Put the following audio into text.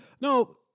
No